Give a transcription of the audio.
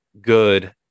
good